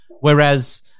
Whereas